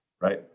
right